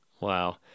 Wow